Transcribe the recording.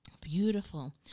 Beautiful